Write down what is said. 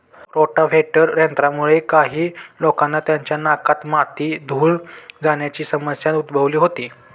rotavator यंत्रामुळे काही लोकांना त्यांच्या नाकात माती, धूळ जाण्याची समस्या उद्भवली होती